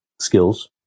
skills